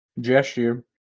gesture